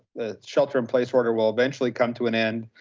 shelter in place order will eventually come to an end.